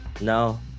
No